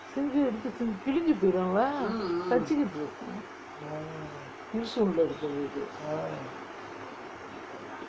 கிழிஞ்சி போயிரும்:kizhinju poirum lah தச்சிகுட்டு இருக்கும்:tachikittu irukkum